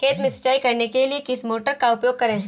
खेत में सिंचाई करने के लिए किस मोटर का उपयोग करें?